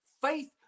Faith